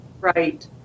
right